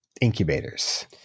incubators